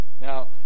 Now